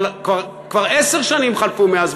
כבר עשר שנים חלפו מאז,